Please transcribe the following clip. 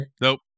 Nope